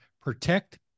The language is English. protect